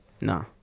No